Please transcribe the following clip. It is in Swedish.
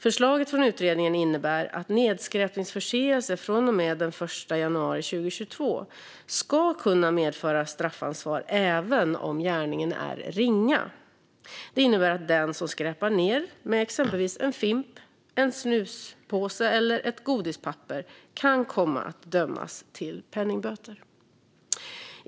Förslaget från utredningen innebär att nedskräpningsförseelse från och med den 1 januari 2022 ska kunna medföra straffansvar även om gärningen är ringa. Det innebär att den som skräpar ned med exempelvis en fimp, en snuspåse eller ett godispapper kan komma att dömas till penningböter.